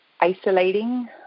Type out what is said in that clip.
isolating